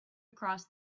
across